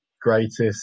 greatest